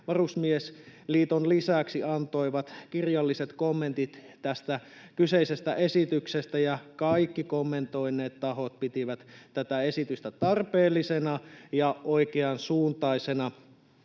Varusmiesliiton lisäksi antoivat kirjalliset kommentit tästä kyseisestä esityksestä, ja kaikki kommentoineet tahot pitivät tätä esitystä tarpeellisena ja oikeansuuntaisena.